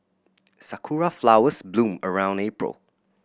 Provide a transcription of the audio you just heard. sakura flowers bloom around April